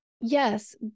yes